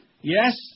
Yes